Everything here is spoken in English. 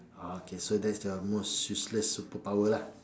ah okay so that is your most useless superpower lah